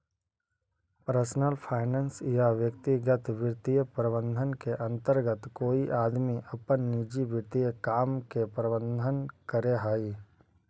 personal finance या व्यक्तिगत वित्तीय प्रबंधन के अंतर्गत कोई आदमी अपन निजी वित्तीय काम के प्रबंधन करऽ हई